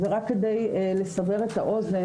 רק כדי לסבר את האוזן,